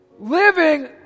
Living